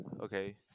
okay